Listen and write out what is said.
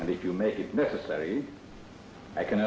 and if you make it necessary i can